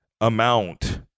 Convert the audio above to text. amount